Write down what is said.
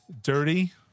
Dirty